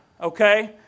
okay